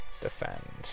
defend